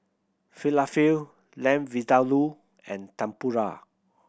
Falafel Lamb Vindaloo and Tempura